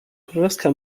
królewska